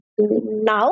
Now